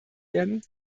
werden